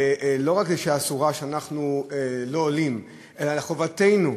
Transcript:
לא רק שהיא אסורה, שאנחנו לא עולים, אלא מחובתנו,